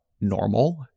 normal